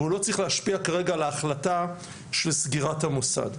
אבל הוא לא צריך להשפיע כרגע על ההחלטה של סגירת המוסד.